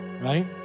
right